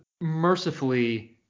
mercifully